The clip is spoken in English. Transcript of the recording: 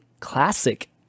Classic